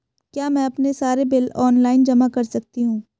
क्या मैं अपने सारे बिल ऑनलाइन जमा कर सकती हूँ?